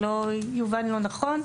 שלא יובן לא נכון.